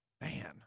Man